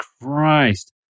Christ